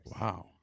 Wow